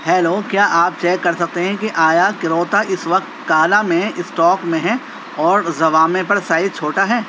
hello کیا آپ check کر سکتے ہیں کہ آیا کروتا اس وقت کالا میں اسٹاک میں ہے اور زوامے پر سائز چھوٹا ہے